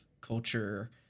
culture